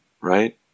right